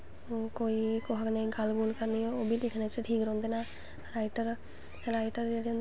मतलव एह् होंदा ऐ के असैं कपड़ा पाए दा कुसे गी एह् लग्गनां कि असैं कपड़ा शैल पाए दा ऐ